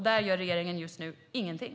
Där gör regeringen just nu ingenting.